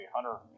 Hunter